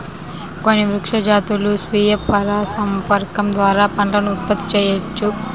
కొన్ని వృక్ష జాతులు స్వీయ పరాగసంపర్కం ద్వారా పండ్లను ఉత్పత్తి చేయవు